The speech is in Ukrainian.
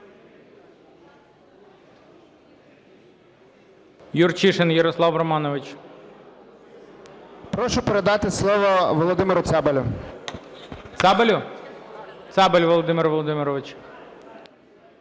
Прошу передати слово Володимиру Цабалю.